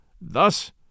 Thus